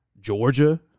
Georgia